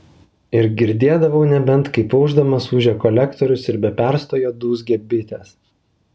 ir girdėdavau nebent kaip aušdamas ūžia kolektorius ir be perstojo dūzgia bitės